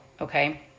okay